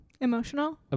emotional